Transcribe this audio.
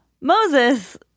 Moses